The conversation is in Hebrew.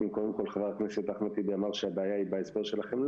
קודם חבר הכנסת אחמד טיבי אמר שהבעיה היא בהסבר שלכם.